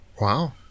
Wow